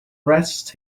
rests